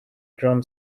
drum